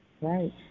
Right